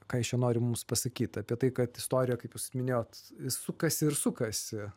ką jis čia nori mums pasakyt apie tai kad istorija kaip jūs minėjot sukasi ir sukasi